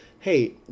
Hey